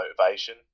motivation